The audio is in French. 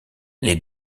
les